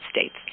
States